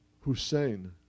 Hussein